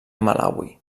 malawi